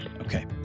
Okay